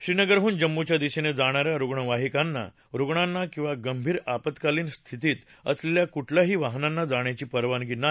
श्रीनगरहून जम्मूच्या दिशेनं जाणाऱ्या रुग्णवाहिकांना रुग्णांना किवा गंभीर आपत्कालीन स्थितीत असलेल्या कुठल्याही वाहनांना जाण्याची परवानगी नाही